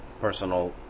personal